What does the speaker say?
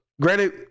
Granted